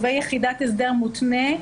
תובעי יחידת הסדר מותנה,